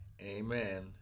Amen